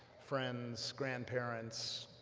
friends, grandparents,